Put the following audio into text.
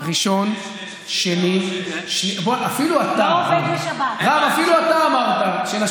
ראשון, שני, אפילו אתה, הוא לא עובד בשבת.